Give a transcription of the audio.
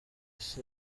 ese